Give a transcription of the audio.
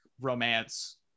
romance